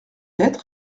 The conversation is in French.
être